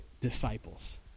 disciples